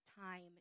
time